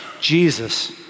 Jesus